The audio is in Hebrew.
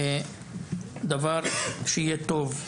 דבר שיהיה טוב,